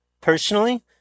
personally